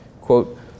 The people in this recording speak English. quote